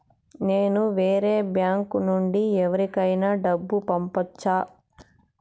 నేను వేరే బ్యాంకు నుండి ఎవరికైనా డబ్బు పంపొచ్చా?